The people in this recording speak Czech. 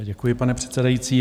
Děkuji, pane předsedající.